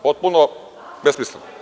Potpuno besmisleno.